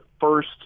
first